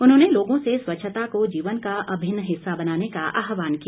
उन्होंने लोगों से स्वच्छता को जीवन का अभिन्न हिस्सा बनाने का आहवान किया